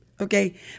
okay